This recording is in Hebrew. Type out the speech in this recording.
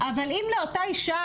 אבל אם לאותה אישה,